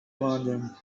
london